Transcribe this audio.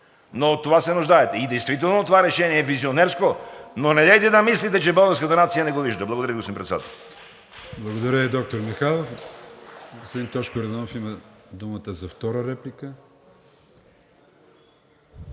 но от това се нуждаете. Действително това решение е визионерско, но недейте да мислите, че българската нация не го вижда. Благодаря, господин Председател.